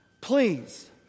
Please